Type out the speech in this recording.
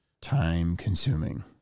time-consuming